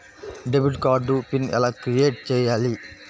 Debit card PIN ఎలా create చెయ్యాలి?